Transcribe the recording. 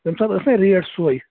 تَمہِ ساتہٕ ٲس نا ریٹ سۅے